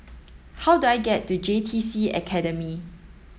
how do I get to J T C Academy